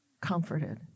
comforted